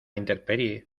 intemperie